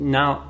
now